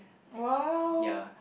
!wow!